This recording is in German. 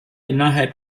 innerhalb